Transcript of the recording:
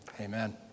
amen